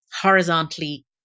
horizontally